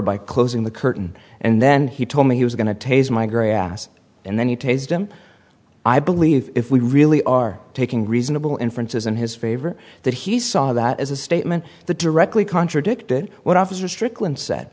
by closing the curtain and then he told me he was going to tase my grass and then you taste him i believe if we really are taking reasonable inferences in his favor that he saw that as a statement that directly contradicted what officer strickland said